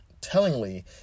Tellingly